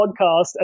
podcast